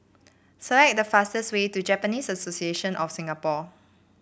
select the fastest way to Japanese Association of Singapore